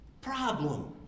Problem